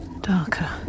Darker